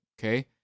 okay